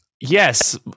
yes